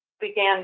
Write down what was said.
began